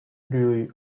really